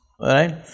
Right